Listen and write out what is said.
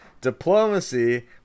diplomacy